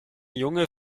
junge